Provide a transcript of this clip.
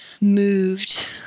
moved